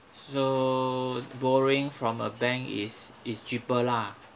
so borrowing from a bank is is cheaper lah